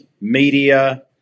media